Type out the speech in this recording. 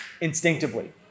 instinctively